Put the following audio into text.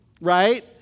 right